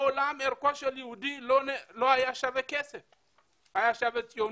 מעולם ערכו של יהודי לא היה שווה כסף אלא היה שווה ציונות,